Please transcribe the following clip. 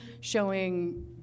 showing